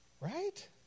Right